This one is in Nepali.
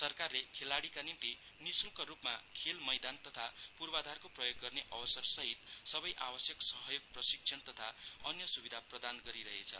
सरकारले खेलाडीका निम्ति निशुल्क रूपमा खेल मैदान तथा पूर्वधारको प्रयोग गर्ने अवसर सहित सबै अवश्यक सहयोग प्रशिक्षण तथा अन्य सुविधा प्रदान गरिरहेछ